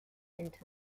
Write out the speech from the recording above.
into